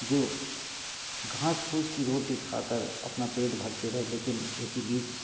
जो घांस फूंस की रोटी खाकर अपना पेट भरते रहे लेकिन उसी बीच